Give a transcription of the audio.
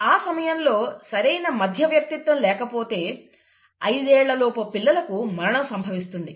ఆ సమయంలో సరైన మధ్యవర్తిత్వం లేకపోతే ఐదేళ్లలోపు పిల్లలకు మరణం సంభవిస్తుంది